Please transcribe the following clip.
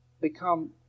become